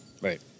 Right